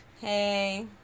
Hey